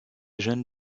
jeunes